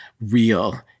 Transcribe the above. real